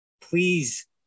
please